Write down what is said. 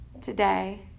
Today